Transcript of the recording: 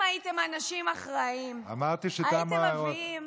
אם הייתם אנשים אחראיים, הייתם מביאים